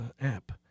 app